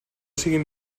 siguin